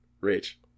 Rich